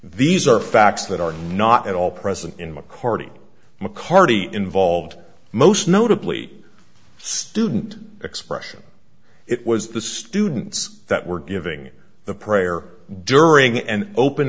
these are facts that are not at all present in mccarty mccarty involved most notably student expression it was the students that were giving the prayer during an open